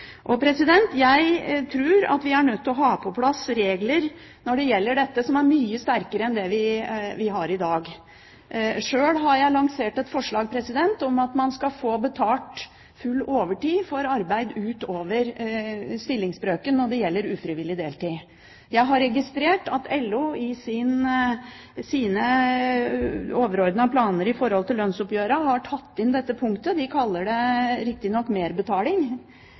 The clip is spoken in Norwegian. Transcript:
Jeg tror vi er nødt til å ha på plass regler når det gjelder dette, regler som er mye sterkere enn dem vi har i dag. Sjøl har jeg lansert et forslag om at man skal få betalt full overtid for arbeid utover stillingsbrøken når det gjelder ufrivillig deltid. Jeg har registrert at LO i sine overordnede planer i tilknytning til lønnsoppgjørene har tatt inn dette punktet. De kaller det riktignok merbetaling